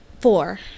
four